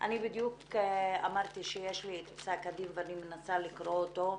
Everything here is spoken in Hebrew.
אני בדיוק אמרתי שיש לי את פסק הדין ואני מנסה לקרוא אותו,